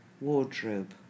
wardrobe